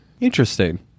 Interesting